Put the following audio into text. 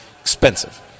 Expensive